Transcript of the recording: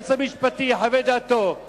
שהיועץ המשפטי יחווה את דעתו,